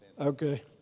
Okay